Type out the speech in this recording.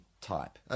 type